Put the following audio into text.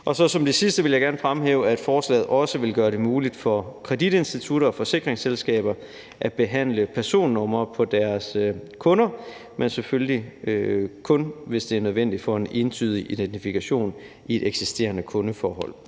Som det sidste vil jeg gerne fremhæve, at forslaget også vil gøre det muligt for kreditinstitutter og forsikringsselskaber at behandle personnumre på deres kunder, men selvfølgelig kun, hvis det er nødvendigt for en entydig identifikation i et eksisterende kundeforhold.